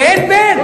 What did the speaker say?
כשאין בן.